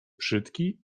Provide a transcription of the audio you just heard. brzyki